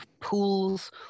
pools